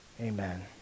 Amen